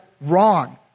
wrong